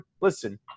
Listen